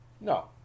no